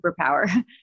superpower